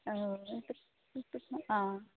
हय तश तशें आं